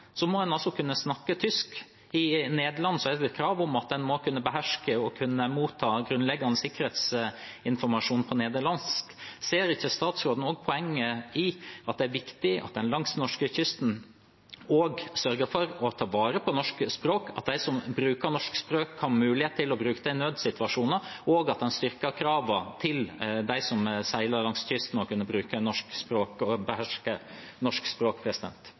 kunne snakke tysk. I Nederland er det et krav om at en må beherske og kunne motta grunnleggende sikkerhetsinformasjon på nederlandsk. Ser ikke statsråden poenget i at det er viktig at en langs norskekysten sørger for å ta vare på norsk språk, at de som bruker norsk språk, har mulighet til å bruke det i nødssituasjoner, og at en styrker kravene til dem som seiler langs kysten, om å kunne bruke og beherske norsk språk? Som eg seier, er det på alle fartøy over 500 bruttotonn krav om engelsk språk